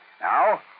Now